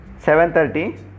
7.30